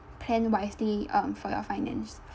plan wisely um for your finance